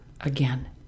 again